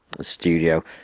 studio